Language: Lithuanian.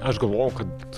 aš galvojau kad